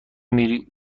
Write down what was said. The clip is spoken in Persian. میری